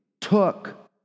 took